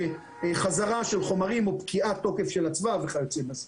כשיש חזרה של חומרים או פקיעה תוקף של אצווה וכיוצא בזה.